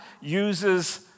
uses